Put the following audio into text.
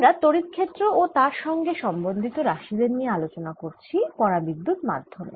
আমরা তড়িৎ ক্ষেত্র ও তার সঙ্গে সম্বন্ধিত রাশি দের নিয়ে আলোচনা করছি পরাবিদ্যুত মাধ্যমে